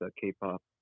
K-pop